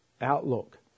outlook